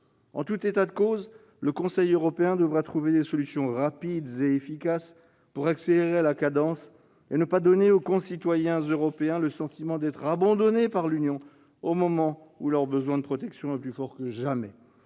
En tout état de cause, le Conseil européen devra trouver des solutions rapides et efficaces pour accélérer la cadence et ne pas donner aux citoyens européens le sentiment d'être abandonnés par l'Union au moment où leur besoin de protection est plus fort que jamais.